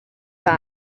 fat